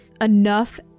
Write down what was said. enough